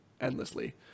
endlessly